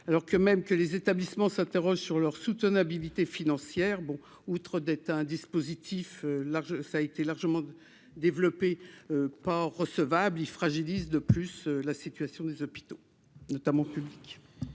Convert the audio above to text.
alors que même que les établissements s'interrogent sur leur soutenabilité financière bon outre d'État un dispositif là ça a été largement développé pas recevable il fragilise de plus, la situation des hôpitaux notamment. Merci.